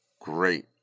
Great